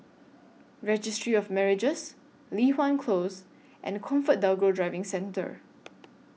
Registry of Marriages Li Hwan Close and ComfortDelGro Driving Centre